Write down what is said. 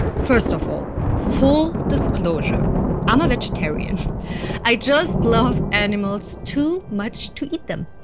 first of all, full disclosure i'm a vegetarian i just love animals too much to eat them,